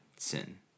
Sin